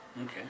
Okay